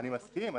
אני מסכים.